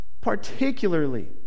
particularly